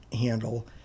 handle